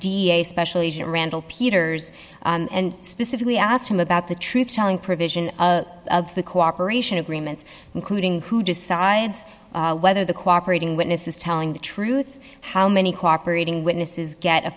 examined special agent randall peters and specifically asked him about the truth telling provision of the cooperation agreements including who decides whether the cooperating witness is telling the truth how many cooperating witnesses get a